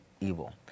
evil